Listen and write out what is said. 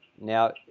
Now